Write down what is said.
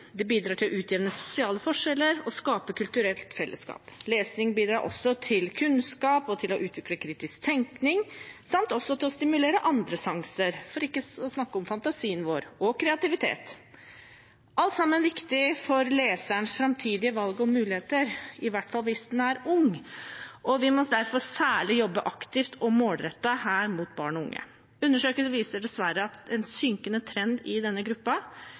Det bidrar til å utjevne sosiale forskjeller og skape kulturelt fellesskap. Lesing bidrar også til kunnskap og til å utvikle kritisk tenkning, samt til å stimulere andre sanser, for ikke å snakke om fantasien vår og kreativitet – alt sammen viktig for leserens framtidige valg og muligheter, i hvert fall hvis en er ung. Vi må derfor særlig jobbe aktivt og målrettet her mot barn og unge. Undersøkelser viser dessverre en synkende trend i denne